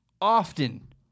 often